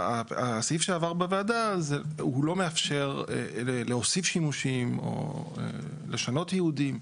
הסעיף שעבר בוועדה הוא לא מאפשר להוסיף שימושים או לשנות ייעודים.